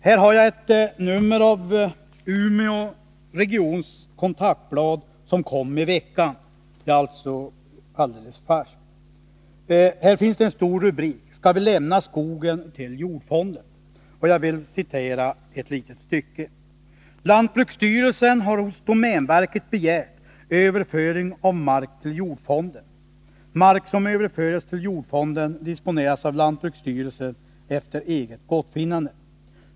Jag har här ett nummer av Umeå regions kontaktblad som kom i veckan, alltså alldeles färskt. En stor rubrik lyder: ”Ska vi lämna skogen till jordfonden?” Jag skall citera ett litet stycke. ”Lantbruksstyrelsen har hos domänverket begärt överföring av mark till jordfonden. Mark som överföres till jordfonden disponeras av lantbruksstyrelsen efter eget gottfinnande.